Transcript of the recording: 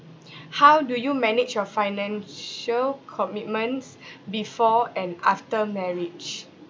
how do you manage your financial commitments before and after marriage